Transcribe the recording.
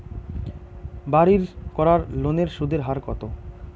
বাড়ির করার লোনের সুদের হার কত?